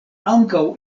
ankaŭ